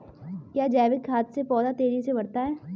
क्या जैविक खाद से पौधा तेजी से बढ़ता है?